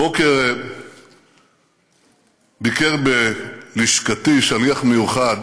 הבוקר ביקר בלשכתי שליח מיוחד